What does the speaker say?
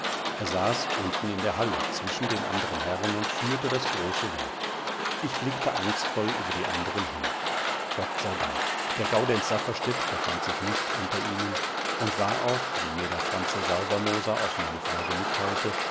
er saß unten in der halle zwischen den anderen herren und führte das große wort ich blickte angstvoll über die anderen hin gott sei dank der gaudenz safferstätt befand sich nicht unter ihnen und war auch wie mir der franzl salvermoser auf meine frage mitteilte